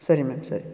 ಸರಿ ಮ್ಯಾಮ್ ಸರಿ